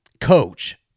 Coach